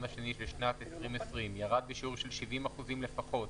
השני של שנת 2020 ירד בשיעור של 70 אחוזים לפחות